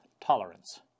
tolerance